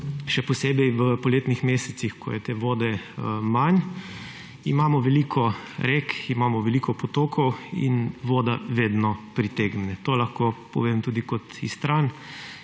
še posebej v poletnih mesecih, ko je te vode manj. Imamo veliko rek, imamo veliko potokov in voda vedno pritegne. To lahko povem tudi kot Istran,